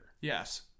Yes